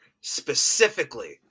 specifically